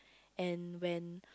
and when